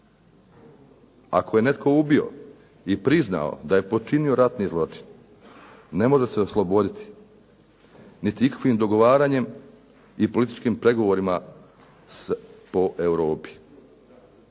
Ako je netko ubio i priznao da je počinio ratni zločin, ne može se osloboditi niti ikakvim dogovaranjem i političkim pregovorima po Europi.